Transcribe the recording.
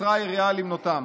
שקצרה היריעה למנותם.